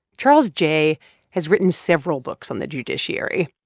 charles geyh has written several books on the judiciary.